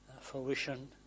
fruition